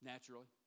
Naturally